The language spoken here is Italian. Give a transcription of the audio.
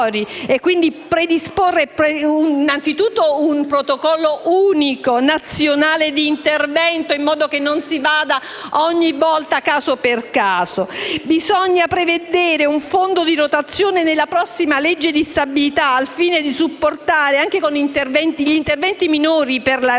predisponendo un protocollo unico nazionale di intervento in modo che non si intervenga ogni volta caso per caso. Bisogna prevedere un fondo di rotazione nella prossima legge di stabilità, al fine di supportare anche gli interventi minori per la riparazione,